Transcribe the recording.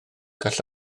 gall